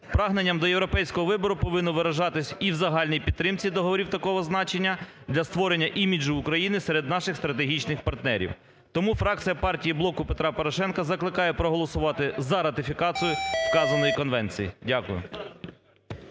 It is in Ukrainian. Прагнення до європейського вибору повинно виражатися і в загальній підтримці договорів такого значення для створення іміджу України серед наших стратегічних партнерів. Тому фракція партії "Блоку Петра Порошенка" закликає проголосувати за ратифікацію вказаної конвенції. Дякую.